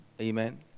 Amen